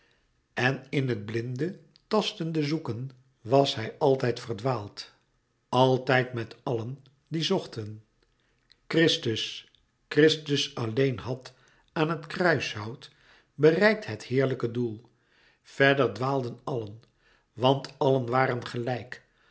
en in het blinde tastende zoeken was louis couperus metamorfoze hij altijd verdwaald altijd met allen die zochten christus christus alleen had aan het kruis hout bereikt het heerlijke doel verder dwaalden allen want allen waren gelijk